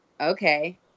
okay